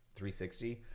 360